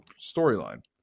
storyline